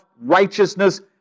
righteousness